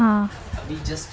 ہاں